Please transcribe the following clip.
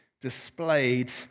displayed